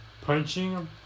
Punching